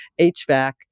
HVAC